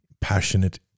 passionate